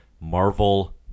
Marvel